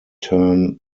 turn